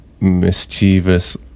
Mischievous